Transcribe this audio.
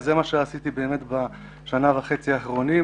זה מה שעשיתי בשנה וחצי האחרונות,